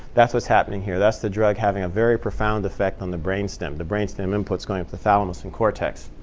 that's what's happening here. that's the drug having a very profound effect on the brain stem the brain stem inputs going up to the thalamus and cortex.